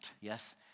yes